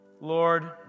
Lord